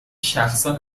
شخصا